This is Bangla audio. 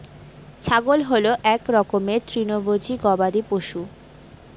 ছাগল হল এক রকমের তৃণভোজী গবাদি পশু